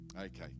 Okay